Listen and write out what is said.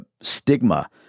stigma